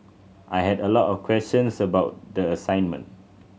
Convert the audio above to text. I had a lot of questions about the assignment